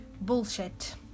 Bullshit